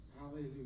Hallelujah